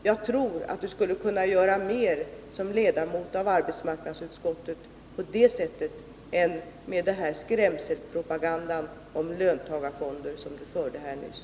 Jag tror att Sten Svensson som ledamot av arbetsmarknadsutskottet skulle kunna göra mer på det sättet än med den skrämselpropaganda mot löntagarfonder som vi hörde nyss.